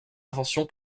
invention